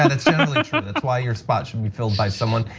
ah that's why your spot should be filled by someone,